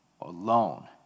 alone